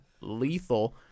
lethal